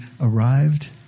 arrived